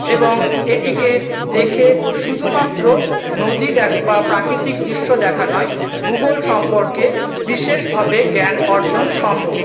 এবং এটিকে দেখে শুধুমাত্র নদী দেখ বা প্রাকৃতিক দৃশ্য দেখা নয় ভূগোল সম্পর্কে বিশেষভাবে জ্ঞান অর্জন সম্ভব